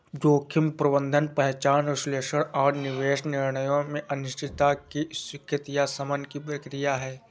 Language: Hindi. जोखिम प्रबंधन पहचान विश्लेषण और निवेश निर्णयों में अनिश्चितता की स्वीकृति या शमन की प्रक्रिया है